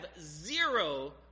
zero